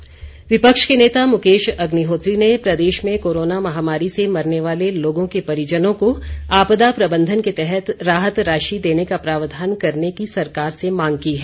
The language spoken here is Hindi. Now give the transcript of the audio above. अग्निहोत्री विपक्ष के नेता मुकेश अग्निहोत्री ने प्रदेश में कोरोना महामारी से मरने वाले लोगों के परिजनों को आपदा प्रबंधन के तहत राहत राशि देने का प्रावधान करने की सरकार से मांग की है